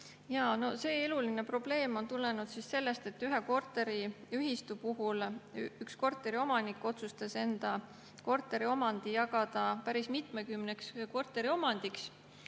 See eluline probleem on tulenenud sellest, et ühes korteriühistus üks korteriomanik otsustas enda korteriomandi jagada päris mitmekümneks korteriomandiks